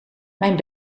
mijn